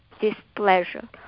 displeasure